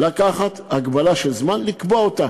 לקחת הגבלה של זמן, לקבוע אותה.